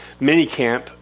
minicamp